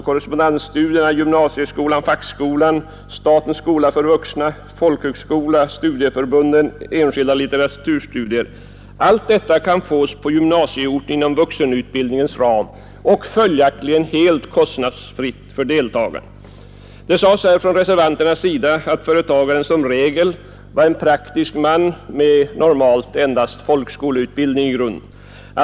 Korrespondensstudier, gymnasieskola, fackskola, statens skola för vuxna, folkhögskola, studieförbundens kurser och enskilda litteraturstudier kan fås på gymnasieorter inom vuxenutbildningens ram och följaktligen helt kostnadsfritt för deltagarna. Reservanternas talesmän sade att företagaren som regel är en praktisk man med normalt endast folkskoleutbildning som grund.